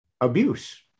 abuse